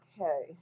Okay